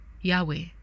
yahweh